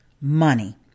money